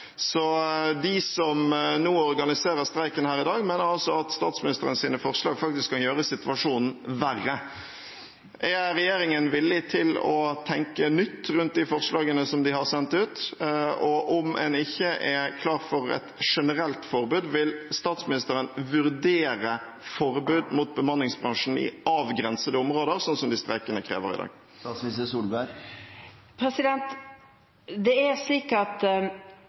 Så de som organiserer streiken her i dag, mener altså at statsministerens forslag faktisk kan gjøre situasjonen verre. Er regjeringen villig til å tenke nytt om de forslagene de har sendt ut? Og om en ikke er klar for et generelt forbud, vil statsministeren vurdere forbud mot bemanningsbransjen i avgrensede områder, slik de streikende krever i dag? Det er slik at